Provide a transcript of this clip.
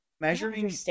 measuring